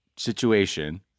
situation